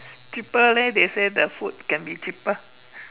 cheaper leh they say the food can be cheaper